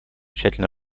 тщательно